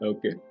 Okay